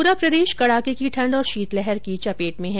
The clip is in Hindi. पूरा प्रदेश कड़ाके की ठंड और शीतलहर की चपेट में है